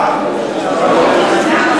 גם במנחה, גם במנחה.